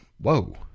whoa